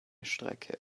strecke